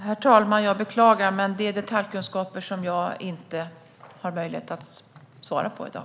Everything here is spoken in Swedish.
Herr talman! Jag beklagar, men detta är detaljkunskaper som jag inte har, så det kan jag inte svara på i dag.